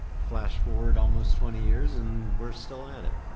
flash forward almost twenty years and we're still at it.